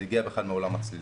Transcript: זה הגיע בכלל מעולם הצלילה.